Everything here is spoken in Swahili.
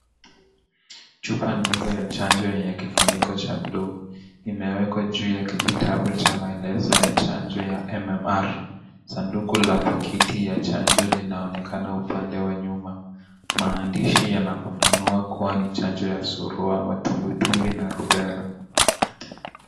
Chupa ndogo ya chanjo ya yenye kifuniko cha buluu, imewekwa juu ya kijitabu na maelezo ya chanjo ya MMR, sanduku la paketi ya chanjo linaonekana upande wa nyuma, maandishi yanafafanua kuwa ni chanjo ya surua, matumbwitumbwi na rubella.